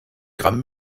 gramm